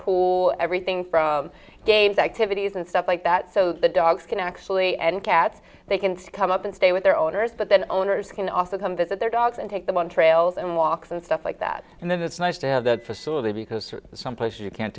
pool everything from gabe that titties and stuff like that so the dogs can actually and cats they can come up and stay with their owners but then owners can also come visit their dogs and take them on trails and walks and stuff like that and then it's nice to have that facility because someplace you can